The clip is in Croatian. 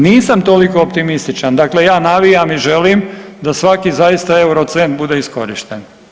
Nisam toliko optimističan, dakle ja navijam i želim da svaki zaista eurocent bude iskorišten.